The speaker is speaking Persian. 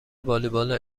والیبال